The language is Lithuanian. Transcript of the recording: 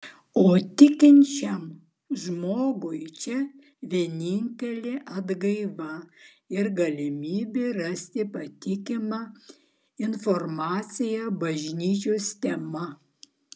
o tikinčiam žmogui čia vienintelė atgaiva ir galimybė rasti patikimą informaciją bažnyčios tema